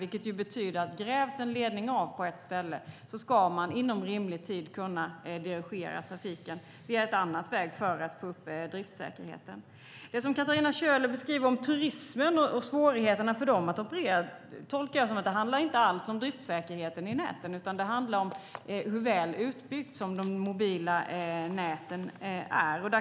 Det betyder att om en ledning grävs av på ett ställe ska man inom rimlig tid kunna dirigera trafiken en annan väg för att få upp driftsäkerheten. Det som Katarina Köhler beskriver om turismen och svårigheterna för den att operera tolkar jag som att det inte alls handlar om driftsäkerheten i näten. Det handlar om hur väl utbyggda de mobila näten är.